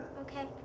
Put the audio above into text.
Okay